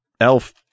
elf